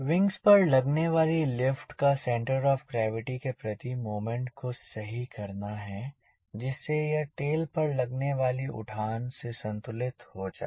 wing पर लगने वाली लिफ्ट का सेंटर ऑफ़ ग्रैविटी के प्रति मोमेंट को सही करना है जिससे यह टेल पर लगने वाली उठान से संतुलित हो जाए